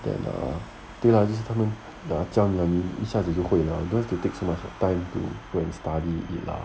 then 啊对 lah 你是他们啊教你一下子就会 don't have to take too much of your time to go and study lah